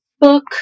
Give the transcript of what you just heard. book